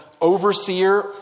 overseer